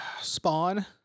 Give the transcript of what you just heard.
Spawn